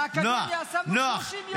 נוח, נוח ----- 30 יום.